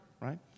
right